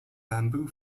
bamboo